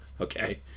okay